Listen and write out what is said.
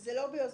וזה לא ביוזמתכם,